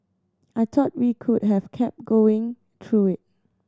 I thought we could have kept going through it